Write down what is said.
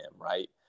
right